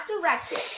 directed